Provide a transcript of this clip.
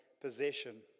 possession